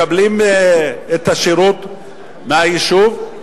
מקבלים את השירות מהיישוב,